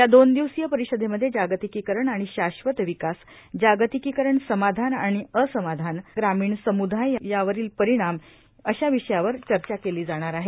या दोन दिवसीय परिषदेमध्ये जागतिकीकरण आणि शाश्वत विकास जागतिकीकरण समाधान आणि असमाधान तो करण्याचा ग्रामीण समुदाय यावरील परिणाम अशा विषयावर चर्चा केली जाणार आहे